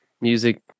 music